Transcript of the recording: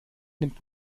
nimmt